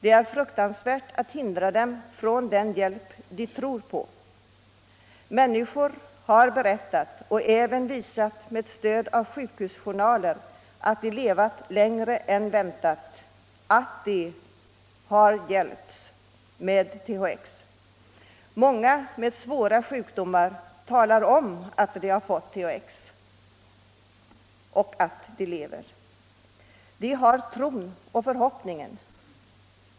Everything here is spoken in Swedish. Människor som sökt hjälp via detta naturläkemedel har berättat och även med stöd av sjukhusjournaler visat att de levat längre än någon väntat. De lever. De har tron och förhoppningen.